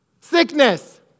Sickness